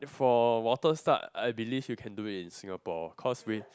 for water start I believe you can do it in Singapore cause we